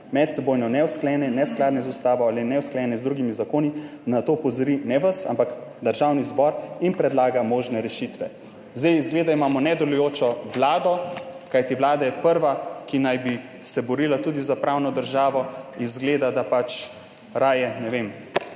medsebojno neusklajene, neskladne z ustavo ali neusklajene z drugimi zakoni, na to opozori«, ne vas, ampak »državni zbor in predlaga možne rešitve.« Zdaj, izgleda, imamo nedelujočo vlado. Kajti vlada je prva, ki naj bi se borila tudi za pravno državo, a izgleda, da pač raje, ne vem,